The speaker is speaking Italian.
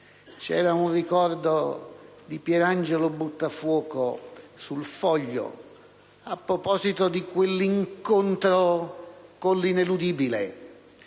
C'era un ricordo di Pietrangelo Buttafuoco su «Il Foglio» a proposito di quell'incontro con l'ineludibile,